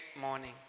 morning